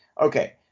Okay